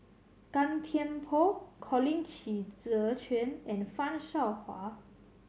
Gan Thiam Poh Colin Qi Zhe Quan and Fan Shao Hua